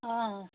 অঁ